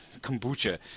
Kombucha